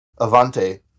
Avante